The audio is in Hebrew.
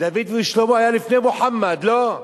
דוד ושלמה היו לפני מוחמד, לא?